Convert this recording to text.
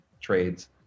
trades